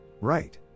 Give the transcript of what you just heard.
Right